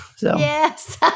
Yes